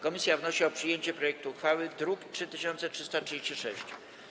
Komisja wnosi o przyjęcie projektu uchwały z druku nr 3336.